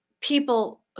people